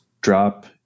drop